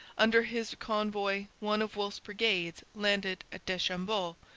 under his convoy one of wolfe's brigades landed at deschambault,